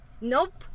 nope